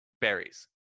berries